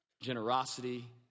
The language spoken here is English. generosity